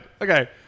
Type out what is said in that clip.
Okay